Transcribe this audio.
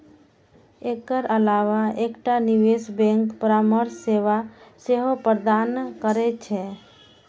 एकर अलावा एकटा निवेश बैंक परामर्श सेवा सेहो प्रदान करै छै